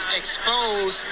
expose